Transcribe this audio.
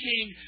king